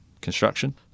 construction